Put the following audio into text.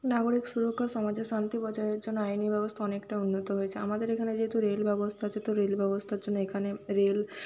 নাগরিক সুরক্ষা সমাজের শান্তি বজায়ের জন্য আইনি ব্যবস্থা অনেকটা উন্নত হয়েছে আমাদের এখানে যেহেতু রেল ব্যবস্থা আছে তো রেল ব্যবস্থার জন্য এখানে রেল